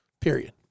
period